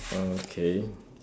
uh okay